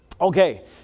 Okay